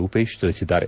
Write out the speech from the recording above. ರೂಪೇಶ್ ತಿಳಿಸಿದ್ದಾರೆ